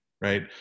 right